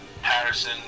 Harrison